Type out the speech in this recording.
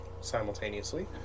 simultaneously